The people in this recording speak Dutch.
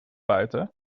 buiten